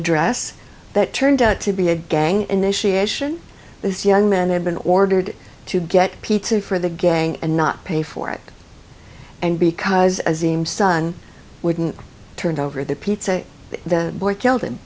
address that turned out to be a gang initiation this young man had been ordered to get pizza for the gang and not pay for it and because seems son wouldn't turn over the pizza the boy killed him